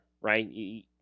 right